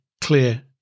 clear